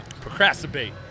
Procrastinate